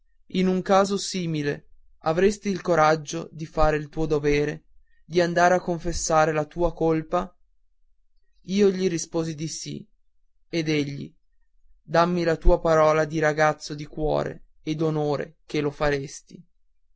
in un caso simile avresti il coraggio di fare il tuo dovere di andar a confessare la tua colpa io gli risposi di sì ed egli dammi la tua parola di ragazzo di cuore e d'onore che lo faresti